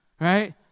Right